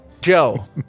Joe